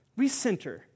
Recenter